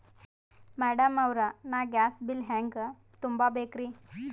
Madam ಅವ್ರ, ನಾ gas bill ಹೆಂಗ ತುಂಬಾ ಬೇಕ್ರಿ?